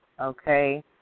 okay